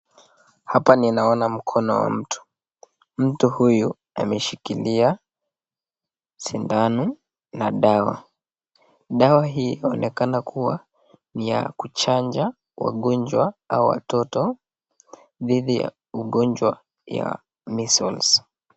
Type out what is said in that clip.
Hapa ninaona mkono wa mtu, mtu huyu ameshikilia shindano na dawa, dawa hii inaonekana kuwa ni ya kuchanja wagonjwa au watoto dhidi ya ugonjwa ya miscles .